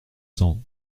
cents